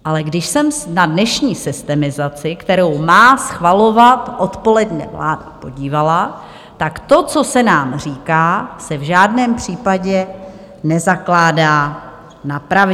Ale když jsem se na dnešní systemizaci, kterou má schvalovat odpoledne vláda, podívala, tak to, co se nám říká, že v žádném případě nezakládá na pravdě.